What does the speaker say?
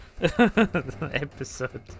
Episode